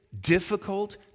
difficult